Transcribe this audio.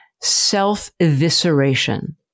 self-evisceration